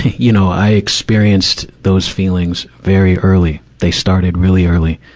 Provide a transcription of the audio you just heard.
you know, i experienced those feelings very early. they started really early.